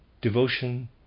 devotion